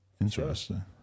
Interesting